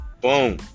boom